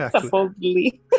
supposedly